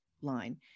line